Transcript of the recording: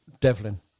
Devlin